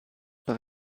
par